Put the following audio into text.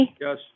Yes